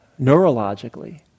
neurologically